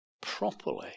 properly